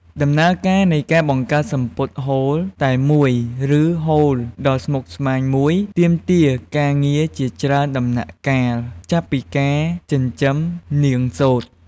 ដំណើរការនៃការបង្កើតសំពត់សូត្រតែមួយ ឬហូលដ៏ស្មុគស្មាញមួយ ទាមទារការងារជាច្រើនដំណាក់កាល ចាប់ពីការចិញ្ចឹមនាងសូត្រ។